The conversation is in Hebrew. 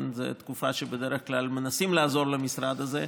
זו תקופה שבדרך כלל מנסים לעזור למשרד הזה,